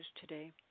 today